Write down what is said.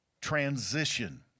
transition